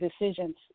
decisions